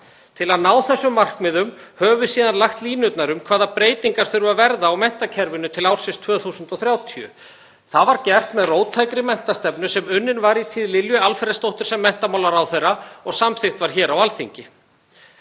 Til að ná þessum markmiðum höfum við síðan lagt línurnar um hvaða breytingar þurfa að verða á menntakerfinu til ársins 2030. Það var gert með róttækri menntastefnu sem unnin var í tíð Lilju Alfreðsdóttur sem menntamálaráðherra og samþykkt var hér á Alþingi.